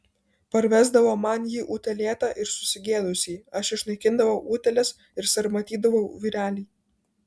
parvesdavo man jį utėlėtą ir susigėdusį aš išnaikindavau utėles ir sarmatydavau vyrelį